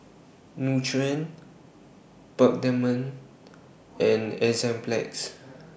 Nutren Peptamen and Enzyplex